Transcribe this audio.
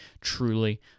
truly